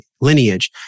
lineage